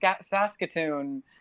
Saskatoon